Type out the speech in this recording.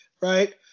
right